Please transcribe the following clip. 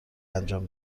انجام